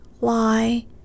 lie